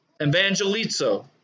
evangelizo